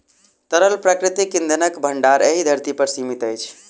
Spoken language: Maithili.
तरल प्राकृतिक इंधनक भंडार एहि धरती पर सीमित अछि